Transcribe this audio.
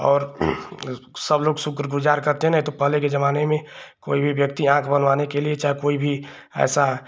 और सब लोग शुक्रगुजार करते हैं न नहीं तो पहले के ज़माने में कोई भी व्यक्ति आँख बनवाने के लिए चाहे कोई भी ऐसा